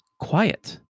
quiet